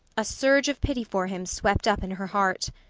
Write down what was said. a surge of pity for him swept up in her heart.